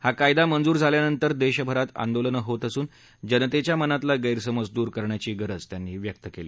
हा कायदा मंजूर झाल्यानंतर देशभरात आंदोलनं होत असून जनतेच्या मनातला गैरसमज दूर करण्याची गरज त्यांनी व्यक्त केली